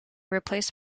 replaced